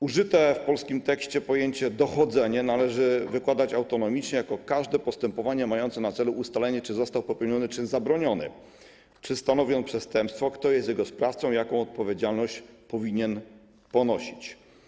Użyte w polskim tekście pojęcie „dochodzenie” należy wykładać autonomicznie, jako każde postępowanie mające na celu ustalenie, czy został popełniony czyn zabroniony, czy stanowi on przestępstwo, kto jest jego sprawcą, jaką odpowiedzialność powinien ponosić.